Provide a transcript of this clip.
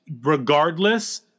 regardless